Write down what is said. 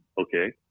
okay